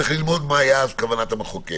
צריך ללמוד מה היתה אז כוונת המחוקק.